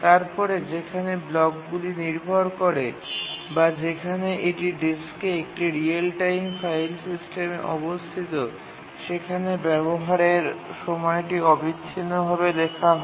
তারপরে যেখানে ব্লকগুলি নির্ভর করে বা যেখানে এটি ডেস্কে একটি রিয়েল টাইম ফাইল সিস্টেম অবস্থিত সেখানে ব্যাবহারের সময়টি অবিচ্ছিন্নভাবে লেখা হয়